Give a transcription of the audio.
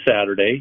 Saturday